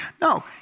No